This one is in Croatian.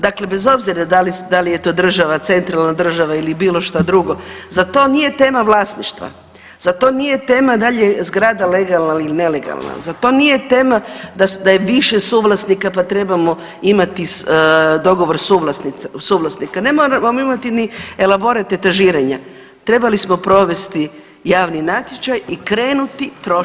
Dakle bez obzira da li je to država, centralna država ili bilo šta drugo zar to nije tema vlasništva, zar to nije tema dal je zgrada legalna ili nelegalna, zar to nije tema da je više suvlasnika pa trebamo imati dogovor suvlasnika, ne moramo imati ni elaborat etažiranja, trebali smo provesti javni natječaj i krenuti trošiti novce.